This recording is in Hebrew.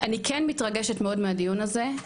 אני כן מתרגשת מאוד מהדיון הזה,